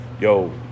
Yo